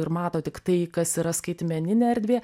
ir mato tik tai kas yra skaitmeninė erdvė